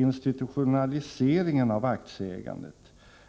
institutionaliseringen av aktieägandet,